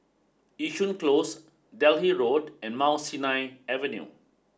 Yishun Close Delhi Road and Mount Sinai Avenue